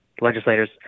legislators